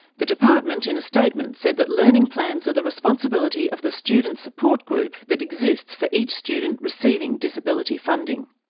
the department in a statement said that learning plans are the responsibility of the student support group that exists for each student receiving disability funding.